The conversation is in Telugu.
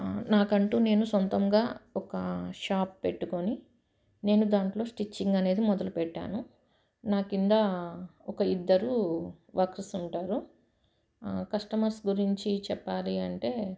నాకు అంటు నేను సొంతంగా ఒక షాప్ పెట్టుకొని నేను దాంట్లో స్టిచ్చింగ్ అనేది మొదలుపెట్టాను నా కింద ఒక ఇద్దరు వర్కర్క్స్ ఉంటారు కస్టమర్స్ గురించి చెప్పాలి అంటే